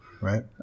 right